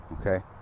okay